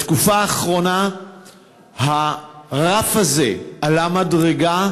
בתקופה האחרונה הרף הזה עלה מדרגה,